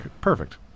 Perfect